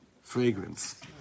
Fragrance